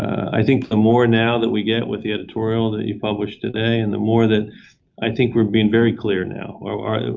i think the more now that we get with the editorial that you publish today and the more that i think we're being very clear now. you